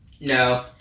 No